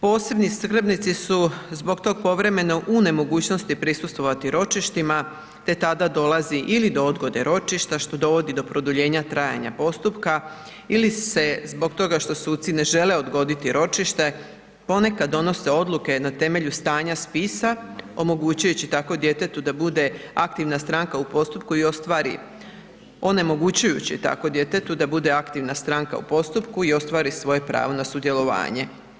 Posebni skrbni su zbog tog povremeno u nemogućnosti prisustvovati ročištima te tada dolazi ili do odgode ročišta što dovodi do produljenja trajanja postupka ili se zbog toga što suci ne žele odgoditi ročišće ponekad donose odluke na temelju stanja spisa omogućujući tako djetetu da bude aktivna stranka u postupku i ostvari, onemogućuju tako djetetu da bude aktivna stranka u postupku i ostvari svoje pravo na sudjelovanje.